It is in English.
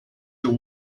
your